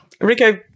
Rico